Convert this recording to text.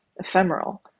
ephemeral